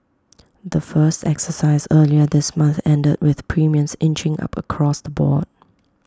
the first exercise earlier this month ended with premiums inching up across the board